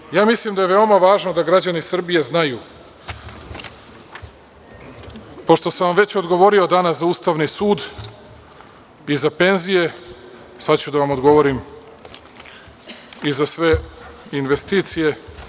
Dakle, ja mislim da je veoma važno da građani Srbije znaju, pošto sam vam već odgovorio danas za ustavni sud i za penzije, sad ću da vam odgovorim i za sve investicije.